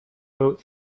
boat